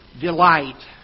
delight